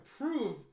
prove